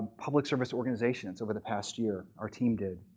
public service organizations over the past year, our team did.